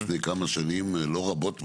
לפני כמה שנים לא רבות מאוד,